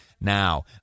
now